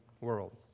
world